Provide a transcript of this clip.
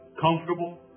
comfortable